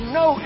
no